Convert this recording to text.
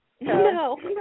no